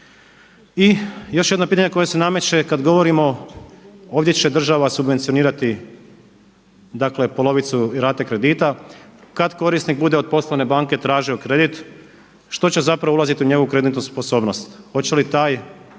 I još jedno pitanje koje se nameće kada govorimo ovdje će država subvencionirati polovicu rate kredita, kada korisnik bude od poslovne banke tražio kredit, što će ulaziti u njegovu kreditnu sposobnost? Hoće li taj